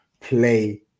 play